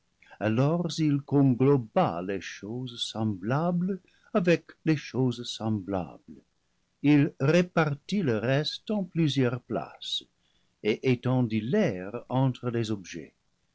alors il congloba les choses semblables avec les choses semblables il répartit le reste en plusieurs places et étendit l'air entre les objets